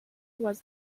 was